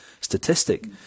statistic